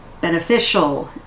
beneficial